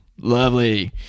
Lovely